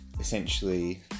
essentially